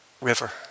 river